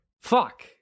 Fuck